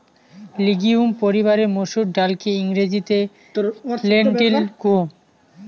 legume পরিবারের মসুর ডালকে ইংরেজিতে লেন্টিল কুহ